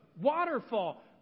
waterfall